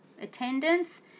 attendance